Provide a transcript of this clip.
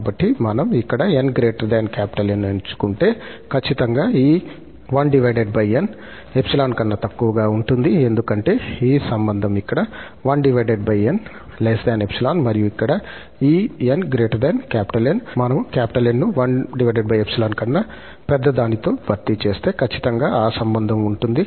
కాబట్టి మనం ఇక్కడ 𝑛𝑁 ఎంచుకుంటే ఖచ్చితంగా ఈ 1𝑛 𝜖 కన్నా తక్కువగా ఉంటుంది ఎందుకంటే ఈ సంబంధం ఇక్కడ 1𝑛 𝜖 మరియు ఇక్కడ ఈ 𝑛 𝑁 మనం 𝑁 ను 1𝜖 కన్నా పెద్దదానితో భర్తీ చేస్తే ఖచ్చితంగా ఆ సంబంధం ఉంటుంది